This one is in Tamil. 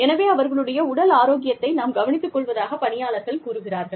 எனவே அவர்களுடைய உடல் ஆரோக்கியத்தை நாம் கவனித்துக் கொள்வதாக பணியாளர்கள் கூறுகிறார்கள்